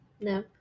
No